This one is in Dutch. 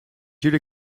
jullie